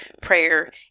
prayer